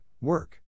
work